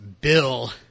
Bill